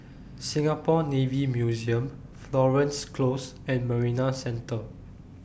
Singapore Navy Museum Florence Close and Marina Centre